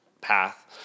path